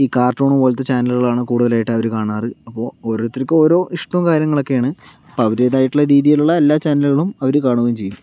ഈ കാർട്ടൂണ് പോലത്തെ ചാനലുകളാണ് കൂടുതലായിട്ട് അവർ കാണാറ് അപ്പോൾ ഓരോരുത്തർക്കും ഓരോ ഇഷ്ടവും കാര്യങ്ങളൊക്കെയാണ് അപ്പം അവരുടേതായിട്ടുള്ള രീതിയിലുള്ള എല്ലാ ചാനലുകളും അവർ കാണുകയും ചെയ്യും